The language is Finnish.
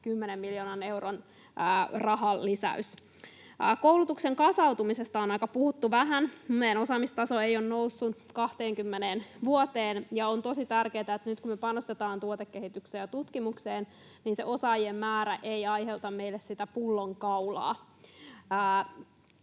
10 miljoonan euron rahalisäys. Koulutuksen kasautumisesta on puhuttu aika vähän. Meidän osaamistaso ei ole noussut 20 vuoteen, ja on tosi tärkeätä, että nyt, kun me panostetaan tuotekehitykseen ja tutkimukseen, osaajien määrä ei aiheuta meille sitä pullonkaulaa.